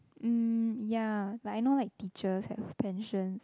mm ya like I know like teachers have pensions